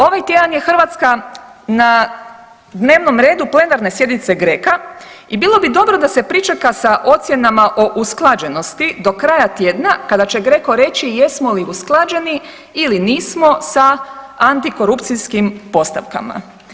Ovaj tjedan je Hrvatska na dnevnom redu plenarne sjednice GREKA, i bilo bi dobro da se pričeka sa ocjenama o usklađenosti do kraja tjedna, kada će GREKO reći jesmo li usklađeni ili nismo sa antikorupcijskim postavkama.